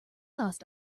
lost